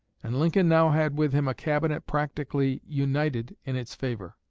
and lincoln now had with him a cabinet practically united in its favor.